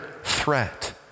threat